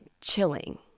chilling